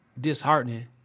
disheartening